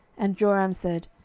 and joram said,